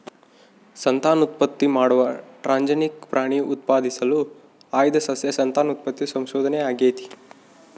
ಸಂತಾನೋತ್ಪತ್ತಿ ಮಾಡುವ ಟ್ರಾನ್ಸ್ಜೆನಿಕ್ ಪ್ರಾಣಿ ಉತ್ಪಾದಿಸಲು ಆಯ್ದ ಸಸ್ಯ ಸಂತಾನೋತ್ಪತ್ತಿ ಸಂಶೋಧನೆ ಆಗೇತಿ